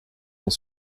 cent